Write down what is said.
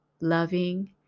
loving